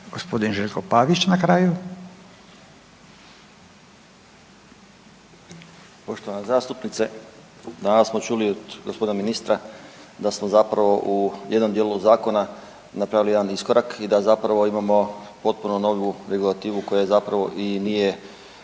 **Pavić, Željko (SDP)** Poštovana zastupnice, danas smo čuli od g. ministra da smo zapravo u jednom dijelu zakona napravili jedan iskorak i da zapravo imamo potpuno novu regulativu koja zapravo i nije